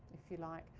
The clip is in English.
if you like,